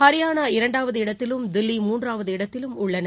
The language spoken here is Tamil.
ஹரியானா இரண்டாவது இடத்திலும் தில்லி மூன்றாவது இடத்திலும் உள்ளன